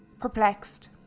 Perplexed